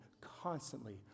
constantly